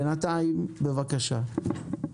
בבקשה.